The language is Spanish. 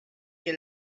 que